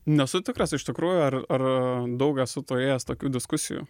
nesu tikras iš tikrųjų ar ar daug esu turėjęs tokių diskusijų